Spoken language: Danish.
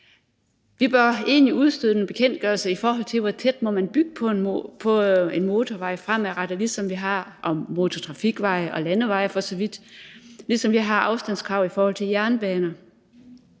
Vi bør egentlig udstede en bekendtgørelse om, hvor tæt man må bygge på en motorvej fremadrettet, ligesom vi har det for motortrafikveje og landeveje, og ligesom vi har afstandskrav med hensyn til jernbaner.